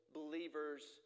believer's